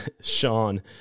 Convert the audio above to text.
Sean